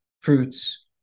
fruits